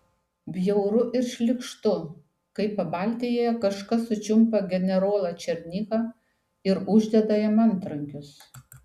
bjauru ir šlykštu kai pabaltijyje kažkas sučiumpa generolą černychą ir uždeda jam antrankius